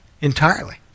entirely